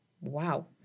Wow